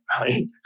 right